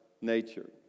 nature